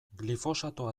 glifosatoa